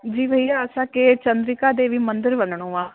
जी भईया असां खे चंद्रिका देवी मंदिर वञिणो आहे